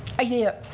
a year